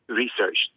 research